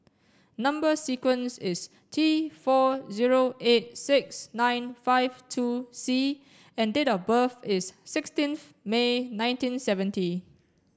number sequence is T four zero eight six nine five two C and date of birth is sixteenth May nineteen seventy